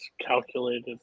calculated